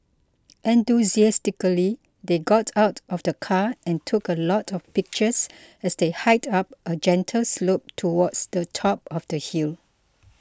enthusiastically they got out of the car and took a lot of pictures as they hiked up a gentle slope towards the top of the hill